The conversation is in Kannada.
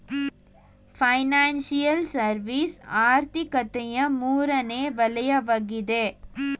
ಫೈನಾನ್ಸಿಯಲ್ ಸರ್ವಿಸ್ ಆರ್ಥಿಕತೆಯ ಮೂರನೇ ವಲಯವಗಿದೆ